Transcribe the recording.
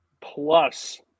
plus